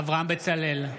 אברהם בצלאל,